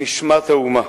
נשמת האומה.